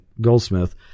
Goldsmith